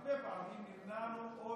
הרבה פעמים נמנענו או,